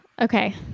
Okay